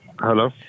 hello